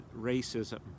racism